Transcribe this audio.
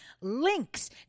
links